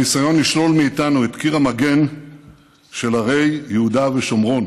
הניסיון לשלול מאיתנו את קיר המגן של ערי יהודה ושומרון